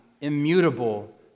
immutable